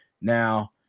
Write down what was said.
Now